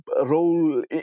role